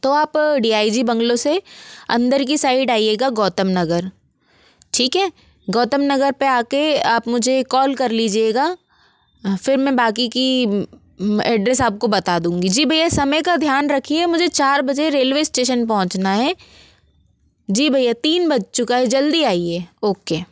तो आप D I G bungalow से अंदर की साइड आइएगा गौतम नगर ठीक है गौतम नगर पर आ के आप मुझे कॉल कर ली जिएगा हाँ फिर मैं बाक़ी का एड्रैस आप को बता दूँगी जी भैया समय का ध्यान रखिए मुझे चार बजे रेलवे स्टेशन पहुंचना है जी भैया तीन बज चुका है जल्दी आइए ओके